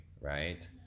right